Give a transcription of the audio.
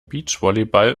beachvolleyball